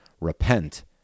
Repent